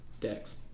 Dex